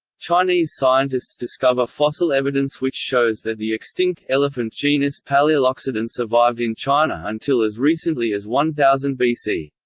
chinese scientists discover fossil evidence which shows that the extinct elephant genus palaeoloxodon survived in china until as recently as one thousand bc.